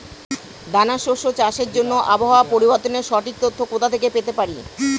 দানা শস্য চাষের জন্য আবহাওয়া পরিবর্তনের সঠিক তথ্য কোথা থেকে পেতে পারি?